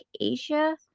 Asia